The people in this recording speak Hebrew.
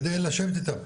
כדי לשבת איתם,